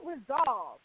resolve